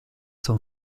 son